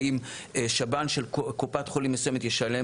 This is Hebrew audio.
ואם שב"ן של קופת חולים מסוימת ישלם